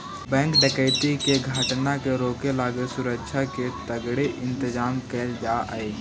bank डकैती के घटना के रोके लगी सुरक्षा के तगड़े इंतजाम कैल जा हइ